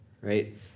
right